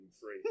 free